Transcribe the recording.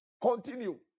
Continue